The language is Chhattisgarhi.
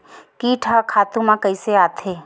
कीट ह खातु म कइसे आथे?